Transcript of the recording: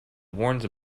warns